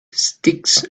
sticks